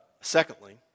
Secondly